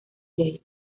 jade